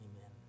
Amen